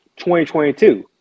2022